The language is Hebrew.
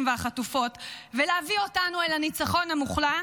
והחטופות ולהביא אותנו אל הניצחון המוחלט,